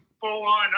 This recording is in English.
full-on